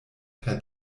per